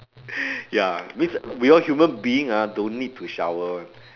ya means we all human being ah don't need to shower [one]